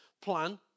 Plan